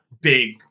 big